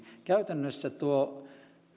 käytännössä tuo